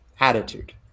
Attitude